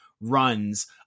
runs